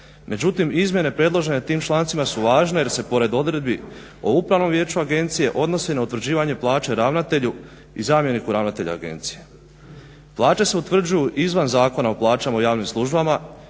međutim izmjene predložene tim člancima su važne jer se pored odredbi o upravnom vijeću agencije odnosi na utvrđivanje plaće ravnatelju i zamjeniku ravnatelja agencije. Plaće se utvrđuju izvan Zakona o plaćama u javnim službama